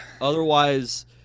Otherwise